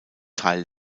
teil